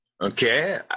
Okay